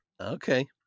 Okay